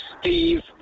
Steve